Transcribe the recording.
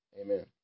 Amen